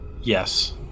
Yes